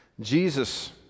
Jesus